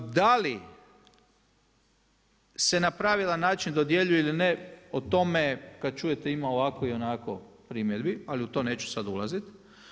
Da li se na pravilan način dodjeljuju ili ne, o tome kada čujete ima ovako i onako primjedbi, ali u to neću sada ulaziti.